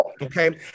Okay